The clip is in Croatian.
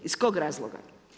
Iz kog razloga?